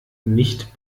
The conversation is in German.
nicht